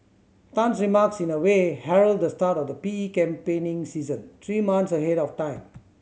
Tan's remarks in a way herald the start of the P E campaigning season three months ahead of time